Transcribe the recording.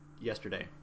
yesterday